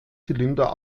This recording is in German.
zylinder